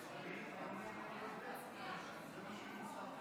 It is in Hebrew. זה מה שהיא רוצה.